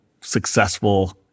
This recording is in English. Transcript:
successful